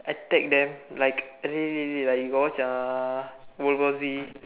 I tag them like really really really like you got watch uh world war Z